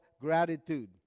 gratitude